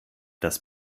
das